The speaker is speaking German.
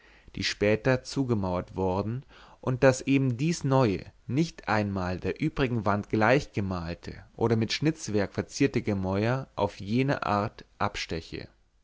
die später zugemauert worden und daß eben dies neue nicht einmal der übrigen wand gleich gemalte oder mit schnitzwerk verzierte gemäuer auf jene art absteche